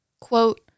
Quote